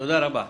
תודה רבה.